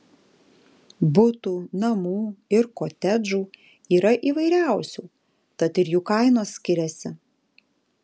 butų namų ir kotedžų yra įvairiausių tad ir jų kainos skiriasi